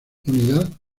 unidad